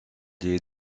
les